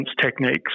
techniques